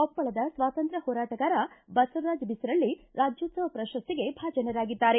ಕೊಪ್ಪಳದ ಸ್ವಾತಂತ್ರ ್ಯ ಹೋರಾಟಗಾರ ಬಸವರಾಜ ಬಿಸರಳ್ಳಿ ರಾಜ್ಯೋತ್ಸವ ಪ್ರಶಸ್ತಿಗೆ ಭಾಜನರಾಗಿದ್ದಾರೆ